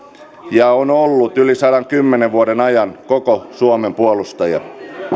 ja on ollut yli sadankymmenen vuoden ajan koko suomen puolustaja